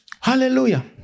Hallelujah